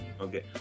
Okay